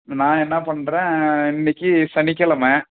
நான் என்ன பண்ணுறேன் இன்றைக்கு சனிக்கிழம